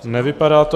Nevypadá to.